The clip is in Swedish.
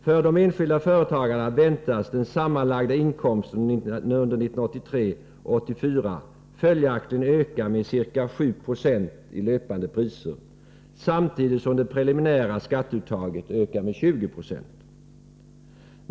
För de enskilda företagarna väntas den sammanlagda inkomsten under 1983 och 1984 följaktligen öka med ca 7 20 i löpande priser samtidigt som det preliminära skatteuttaget ökar med 20 90.